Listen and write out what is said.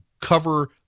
cover